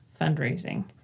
fundraising